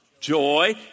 joy